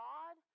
God